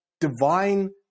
divine